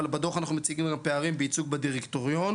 בדוח אנחנו מציגים את הפערים בייצוג בדירקטוריון,